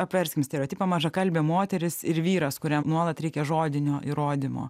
apverskim stereotipą mažakalbė moteris ir vyras kuriam nuolat reikia žodinio įrodymo